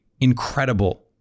incredible